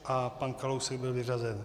A pan Kalousek byl vyřazen.